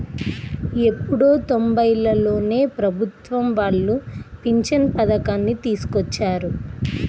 ఎప్పుడో తొంబైలలోనే ప్రభుత్వం వాళ్ళు పింఛను పథకాన్ని తీసుకొచ్చారు